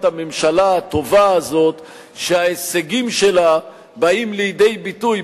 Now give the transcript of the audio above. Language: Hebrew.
הממשלה הטובה הזאת שההישגים שלה באים לידי ביטוי,